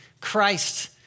Christ